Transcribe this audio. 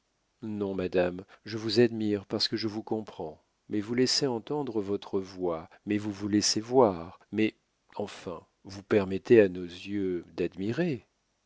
non madame je vous admire parce que je vous comprends mais vous laissez entendre votre voix mais vous vous laissez voir mais enfin vous permettez à nos yeux d'admirer